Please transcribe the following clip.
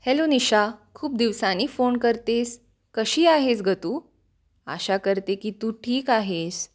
hello Nisha खूप दिवसांनी phone करतेस कशी आहेस गं तू आशा करते की तू ठीक आहेस